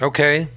Okay